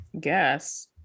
Guess